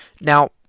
Now